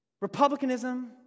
Republicanism